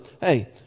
Hey